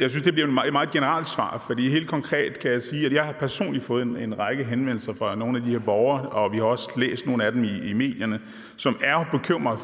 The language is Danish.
Jeg synes, det bliver et meget generelt svar, for helt konkret kan jeg sige, at jeg personligt har fået en række henvendelser fra nogle af de her borgere – og vi har også læst nogle af eksemplerne i medierne – som er bekymrede,